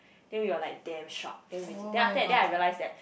then we were like damn shock then we just then after that then I realize that